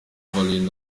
value